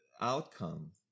outcome